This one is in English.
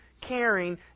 caring